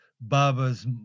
Baba's